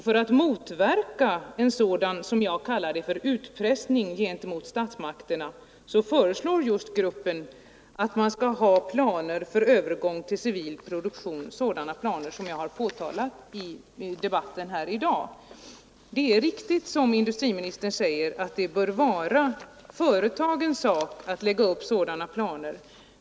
För att motverka vad jag kallar en utpressning gentemot statsmakterna föreslår gruppen att det skall utarbetas planer för övergång till civil produktion, sådana planer som jag har påtalat i debatten här i dag. Det är riktigt, som industriministern säger, att det bör vara företagens sak att lägga upp sådana planer.